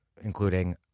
including